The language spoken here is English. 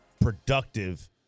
productive